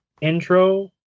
intro